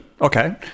Okay